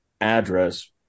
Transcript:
address